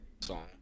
song